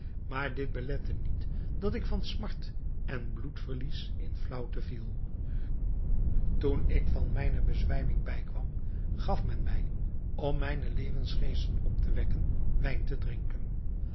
maar dit belette niet dat ik van smart en bloedverlies in flaauwte viel toen ik van mijne bezwijming bijkwam gaf men mij om mijne levensgeesten op te wekken wijn te drinken